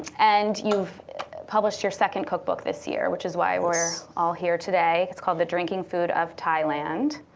and you've published your second cookbook this year, which is why we're all here today. it's called the drinking food of thailand.